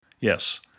Yes